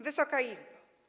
Wysoka Izbo!